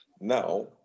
now